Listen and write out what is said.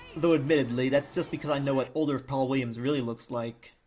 though admittedly, that's just because i know what older paul williams really looks like.